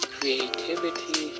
Creativity